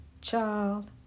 Child